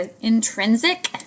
intrinsic